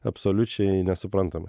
absoliučiai nesuprantamai